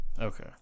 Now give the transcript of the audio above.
Okay